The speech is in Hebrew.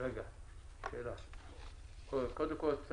קודם כול,